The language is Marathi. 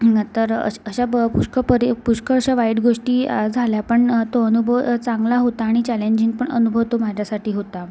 तर अशा पुष्कळ परी पुष्कळशा वाईट गोष्टी झाल्या पण तो अनुभव चांगला होता आणि चॅलेंजिंग पण तो अनुभव माझ्यासाठी होता